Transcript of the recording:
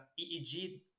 eeg